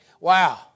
Wow